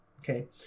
Okay